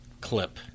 clip